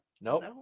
Nope